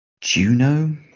Juno